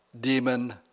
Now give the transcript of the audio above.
demon